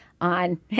on